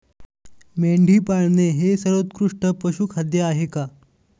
मेंढी पाळणे हे सर्वोत्कृष्ट पशुखाद्य आहे का?